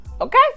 Okay